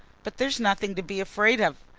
but there is nothing to be afraid of,